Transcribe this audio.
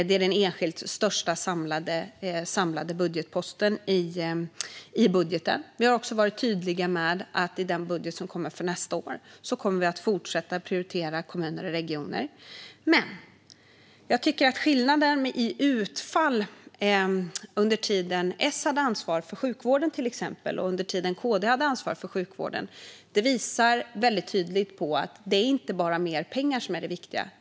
Det är den största enskilt samlade budgetposten i budgeten. Vi har också varit tydliga med att vi i den budget som kommer för nästa år kommer att fortsätta att prioritera kommuner och regioner. Skillnaden i utfall under tiden S hade ansvar för till exempel sjukvården och tiden KD hade ansvar för sjukvården visar tydligt att det inte bara är mer pengar som är det viktiga.